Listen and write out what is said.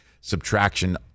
subtraction